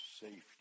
safety